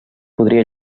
podria